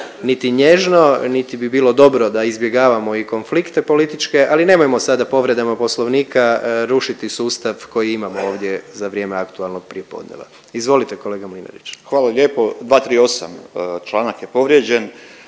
niti nježno, niti bi bilo dobro da izbjegavamo i konflikte političke ali nemojmo sada povreda Poslovnika rušiti sustav koji imamo ovdje za vrijeme aktualnog prijepodneva. Izvolite kolega Mlinarić. **Mlinarić, Stipo (DP)** Hvala lijepo. 238. članak je povrijeđen.